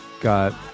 got